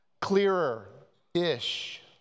clearer-ish